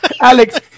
Alex